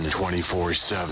24-7